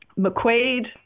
McQuaid